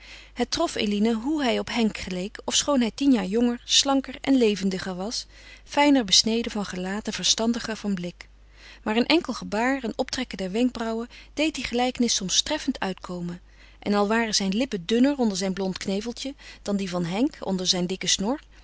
het trof eline hoe hij op henk geleek ofschoon hij tien jaar jonger slanker en levendiger was fijner besneden van gelaat en verstandiger van blik maar een enkel gebaar een optrekken der wenkbrauwen deed die gelijkenis soms treffend uitkomen en al waren zijn lippen dunner onder zijn blond kneveltje dan die van henk onder zijn dikken snor